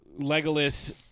Legolas